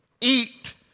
eat